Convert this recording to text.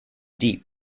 deep